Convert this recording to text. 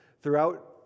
throughout